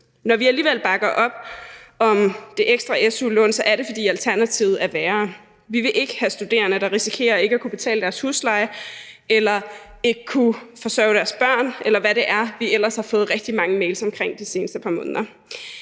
Når vi alligevel bakker op om det ekstra su-lån, er det, fordi alternativet er værre. Vi vil ikke have studerende, der risikerer ikke at kunne betale deres husleje eller ikke at kunne forsørge deres børn, eller hvad det er, vi ellers har fået rigtig mange mails om de seneste par måneder.